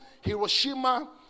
Hiroshima